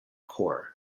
core